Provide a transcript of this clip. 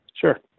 sure